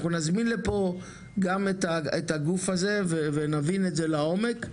אנחנו נזמין לפה גם את הגוף הזה ונבין את זה לעומק.